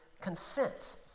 consent